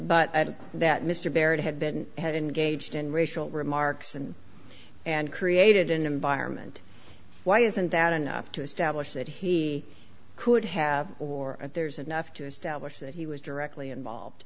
but that mr baird had been had engaged in racial remarks and and created an environment why isn't that enough to establish that he could have or at there's enough to establish that he was directly involved